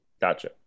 Gotcha